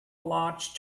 large